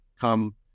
come